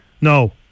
No